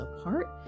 apart